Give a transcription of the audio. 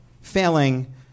failing